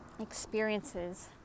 experiences